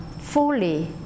fully